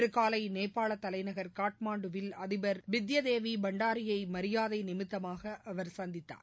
இன்று காலை நேபாள தலைநகர் காட்மாண்டுவில் அதிபர் பிந்தியாதேவி பண்டாரியை மரியாதை நிமித்தமாக அவர் சந்தித்தார்